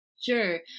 Sure